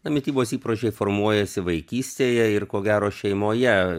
na mitybos įpročiai formuojasi vaikystėje ir ko gero šeimoje